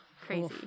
crazy